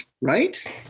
Right